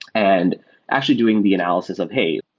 and actually doing the analysis of, hey,